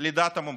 לדעת המומחים,